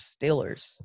Steelers